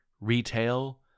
retail